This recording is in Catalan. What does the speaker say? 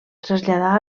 traslladà